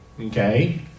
okay